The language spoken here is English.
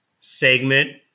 segment